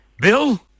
Bill